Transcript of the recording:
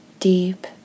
deep